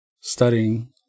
studying